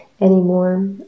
anymore